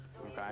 Okay